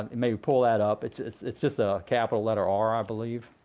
and and maybe pull that up. it's just it's just a capital letter r, i believe,